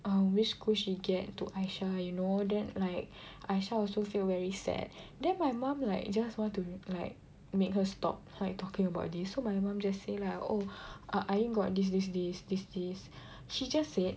uh which school she get to Aisyah/P2> you know then like Aisyah/P2> also feel very sad then my mum like just want to like make her stop like talking about this so my mum just say lah oh ah Ain got this this this this this she just said